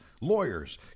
lawyers